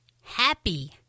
happy